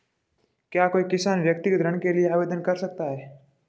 क्या कोई किसान व्यक्तिगत ऋण के लिए आवेदन कर सकता है?